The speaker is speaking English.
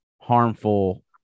harmful